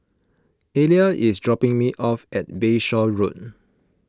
Aleah is dropping me off at Bayshore Road